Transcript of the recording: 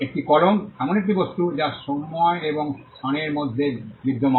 একটি কলম এমন একটি বস্তু যা সময় এবং স্থানের মধ্যে বিদ্যমান